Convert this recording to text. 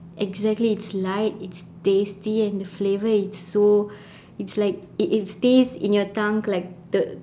exactly it's light it's tasty and the flavour is so it's like it it stays in your tongue like the